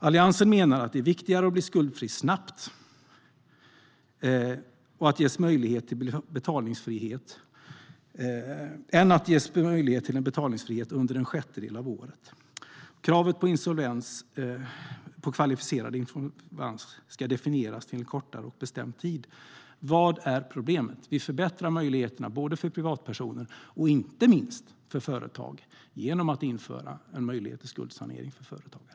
Alliansen menar att det är viktigare att bli skuldfri snabbt än att ges möjlighet till betalningsfrihet under en sjättedel av året. Kravet på kvalificerad insolvens ska definieras till en kortare och bestämd tid. Vad är problemet? Vi förbättrar möjligheterna för både privatpersoner och inte minst företag genom att införa en möjlighet till skuldsanering för företagare.